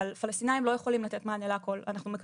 אבל עובדים פלסטינים לא יכולים לתת מענה להכל.